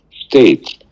states